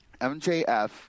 MJF